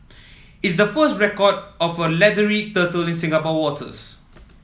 it's the first record of a leathery turtle in Singapore waters